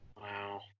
Wow